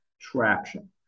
traction